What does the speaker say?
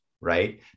right